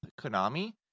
Konami